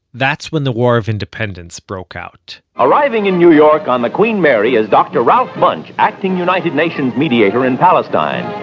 that's when the war of independence broke out arriving in new york on the queen mary is dr. ralph bunche, acting united nations mediator in palestine.